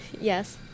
yes